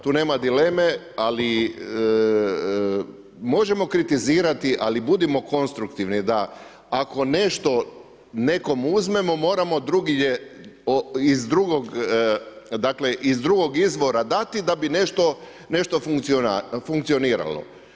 Tu nema, tu nema dileme ali možemo kritizirati ali budimo konstruktivni da ako nešto nekom uzmemo moramo drugdje, iz drugog, dakle iz drugog izvora dati da bi nešto funkcioniralo.